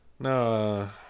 No